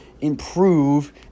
improve